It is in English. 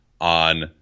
on